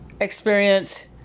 experience